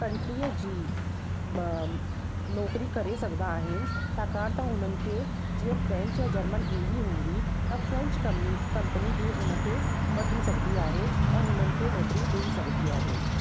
कंट्रीअ जी म नौकिरी करे सघंदा आहिनि छाकणि त हुननि खे जीअं फ्रेंच या जर्मन ईंदी हूंदी त फ्रेंच कमी कंपेनी बि उनखे वठी सघंदी आहे ऐं हुननि खे नौकिरी ॾई सघंदी आहे